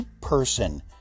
person